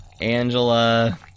Angela